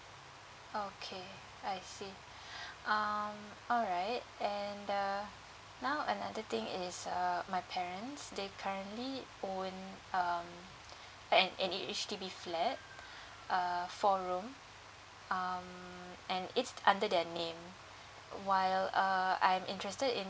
okay I see um alright and uh now another thing is uh my parents they currently owned um a an uh the H_D_B flat uh four room um and it's under their name while err I'm interested in